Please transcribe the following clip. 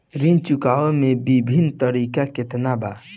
ऋण चुकावे के विभिन्न तरीका केतना बा?